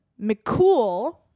McCool